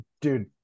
dude